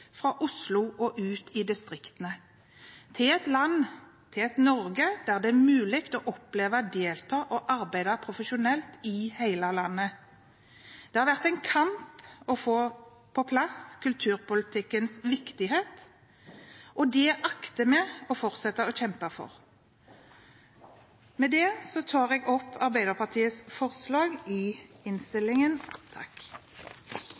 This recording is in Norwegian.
fra Oslo og ut i distriktene, til et land, til et Norge, der det er mulig å oppleve, delta og arbeide profesjonelt i hele landet. Det har vært en kamp å få på plass kulturpolitikkens viktighet, og det akter vi å fortsette å kjempe for. Det